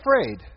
afraid